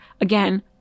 again